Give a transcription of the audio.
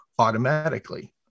automatically